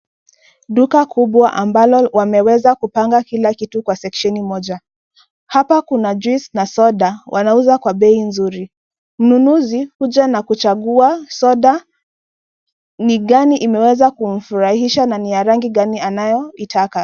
Duka kubwa ambalo wameweza kupanga kila kitu kwa seksheni moja, hapa kuna juisi na soda wanauza kwa bei nzuri. Mnunuzi huja na kuchagua soda ni gani imeweza kumfurahisha na ni ya rangi gani anayoitaka.